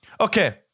Okay